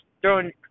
throwing